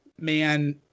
man